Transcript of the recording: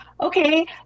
okay